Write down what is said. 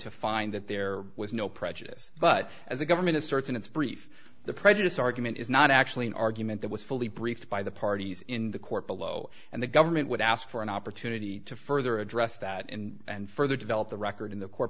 to find that there was no prejudice but as a government asserts in its brief the prejudiced argument is not actually an argument that was fully briefed by the parties in the court below and the government would ask for an opportunity to further address that in and further develop the record in the court